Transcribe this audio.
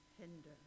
hinder